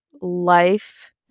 life